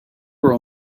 were